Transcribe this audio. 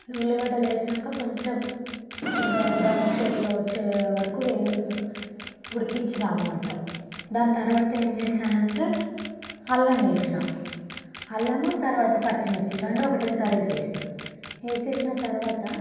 ఉల్లిగడ్డలు వేసినాక ఇంక కొంచం బ్రౌన్ షేప్లో వచ్చేవరకు వేయిం ఉడికించిన అన్నమాట దాని తర్వాత ఏం చేసానంటే అల్లం వేసినా అల్లం తర్వాత పచ్చిమిర్చి రెండు ఒకేసారి వేసినా వేసిన తర్వాత